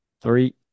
Three